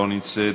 לא נמצאת,